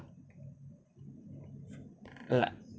like